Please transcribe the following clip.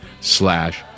slash